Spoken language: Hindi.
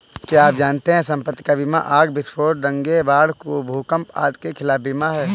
क्या आप जानते है संपत्ति का बीमा आग, विस्फोट, दंगे, बाढ़, भूकंप आदि के खिलाफ बीमा है?